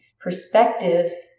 perspectives